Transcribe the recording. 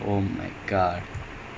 that is interjection